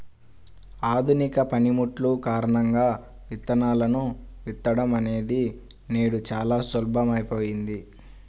ఆధునిక పనిముట్లు కారణంగా విత్తనాలను విత్తడం అనేది నేడు చాలా సులభమైపోయింది